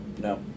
No